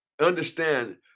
understand